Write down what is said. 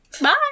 Bye